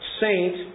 saint